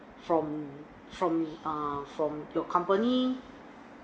from from uh from your company